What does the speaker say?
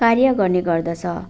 कार्य गर्ने गर्दछ